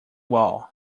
wall